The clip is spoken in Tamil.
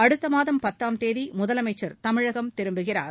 அடுத்த மாதம் பத்தாம் தேதி முதலமைச்சர் தாயகம் திரும்புகிறார்